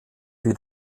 wie